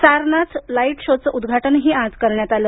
Sarnath light show उद्घाटन आज करण्यात आलं